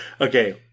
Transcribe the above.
okay